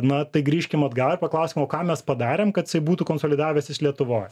na tai grįžkim atgal ir paklauskim o ką mes padarėm kad jisai būtų konsolidavęsis lietuvoj